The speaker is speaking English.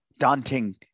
daunting